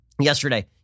yesterday